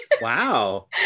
Wow